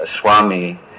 swami